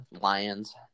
Lions